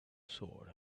sword